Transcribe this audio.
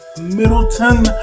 Middleton